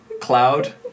Cloud